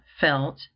felt